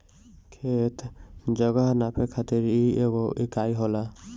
खेत, जगह नापे खातिर इ एगो इकाई होला